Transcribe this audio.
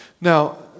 Now